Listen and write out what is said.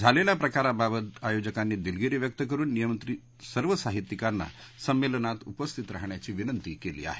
झालेल्या प्रकारबाबत आयोजकांनी दिलगिरी व्यक्त करून निमंत्रित सर्व साहित्यिकांना संमेलनात उपस्थित राहण्याची विनंती केली आहे